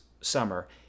summer